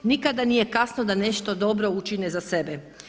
Nikada nije kasno da nešto dobro učine za sebe.